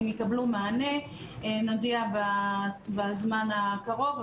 הם יקבלו מענה ונודיע על כך בזמן הקרוב,